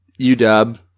UW